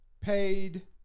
paid